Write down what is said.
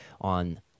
on